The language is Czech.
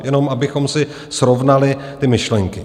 Jenom abychom si srovnali ty myšlenky.